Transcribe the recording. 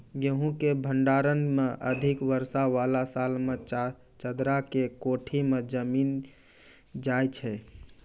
गेहूँ के भंडारण मे अधिक वर्षा वाला साल मे चदरा के कोठी मे जमीन जाय छैय?